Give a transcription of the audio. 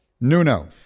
Nuno